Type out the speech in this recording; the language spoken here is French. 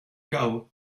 chaos